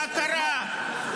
כדאי לקרוא את החוקים.